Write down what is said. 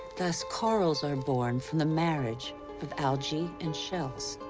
thus, corals are born from the marriage of algae and shells.